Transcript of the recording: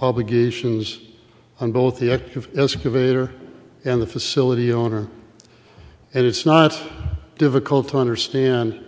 obligations on both the active escovedo and the facility owner and it's not difficult to understand